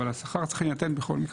אבל השכר צריך להינתן בכל מקרה.